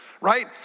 right